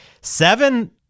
seven